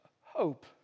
hope